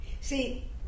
See